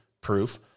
proof